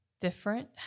Different